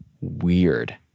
weird